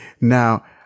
Now